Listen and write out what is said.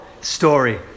story